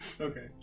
Okay